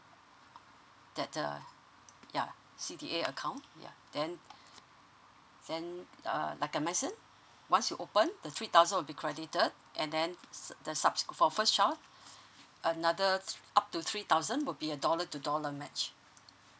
that the ya C_D_A account ya then then uh like I mentioned once you opened the three thousand will be credited and then the subse~ for first child another up to three thousand would be a dollar to dollar match